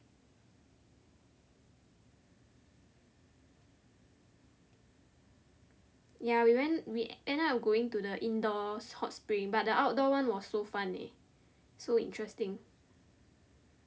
ya we went we end up going to the indoor hot spring but the outdoor one was so fun leh so interesting